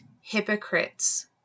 hypocrites